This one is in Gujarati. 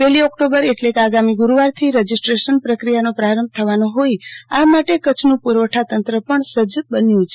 એક ઓકટોબર એટલે કે આગામી ગુરૂવારથી રજીસ્ટ્રેશન પ્રક્રિયાનો પ્રારંભ થવાનો હોઈ આ માટે કચ્છનું પુરવઠા તંત્ર પણ સજ્જ બન્યું છે